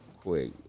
quick